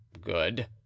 good